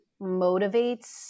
motivates